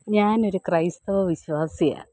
ഞാനൊരു ക്രൈസ്തവ വിശ്വാസിയാണ്